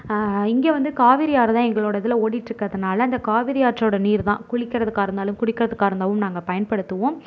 இங்கே வந்து காவிரி ஆறு தான் எங்களோடய இதில் ஓடிட்டு இருக்கறதுனால் அந்த காவேரி ஆற்றோடு நீர் தான் குளிக்கிறதுக்கா இருந்தாலும் குடிக்கிறதுக்கா இருந்தாலும் நாங்கள் பயன்படுத்துவோம்